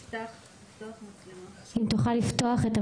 ועלו פה כמה שאלות שאני אשמח להפנות אליכם,